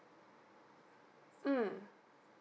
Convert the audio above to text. mm